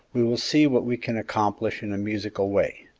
we will see what we can accomplish in a musical way.